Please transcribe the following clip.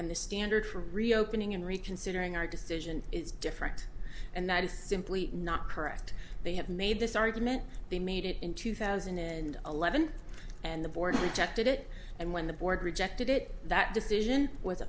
and the standard for reopening and reconsidering our decision is different and that is simply not correct they have made this argument they made it in two thousand and eleven and the board rejected it and when the board rejected it that decision was